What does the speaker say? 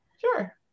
Sure